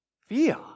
Fear